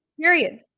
period